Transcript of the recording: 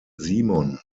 simon